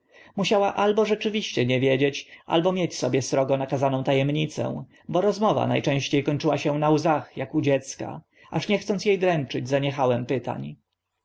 musiała albo rzeczywiście nie wiedzieć albo mieć sobie srogo nakazaną ta emnicę bo rozmowa na częście kończyła się na łzach ak u dziecka aż nie chcąc e dręczyć zaniechałem pytań